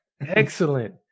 excellent